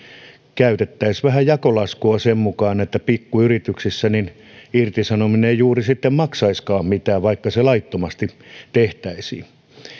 käytettäisiin vähän jakolaskua sen mukaan että pikkuyrityksissä irtisanominen ei sitten juuri maksaisikaan mitään vaikka se laittomasti tehtäisiin